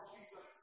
Jesus